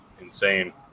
insane